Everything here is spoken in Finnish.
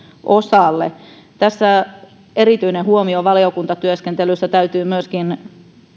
osalle tässä erityinen huomio valiokuntatyöskentelyssä täytyy myöskin